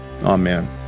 Amen